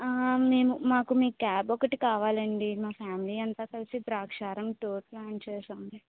మేము మాకు మీ క్యాబ్ ఒకటి కావాలండి మా ఫ్యామిలీ అంతా కలిసి ద్రాక్షారం టూర్ ప్లాన్ చేసాం